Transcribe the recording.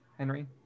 Henry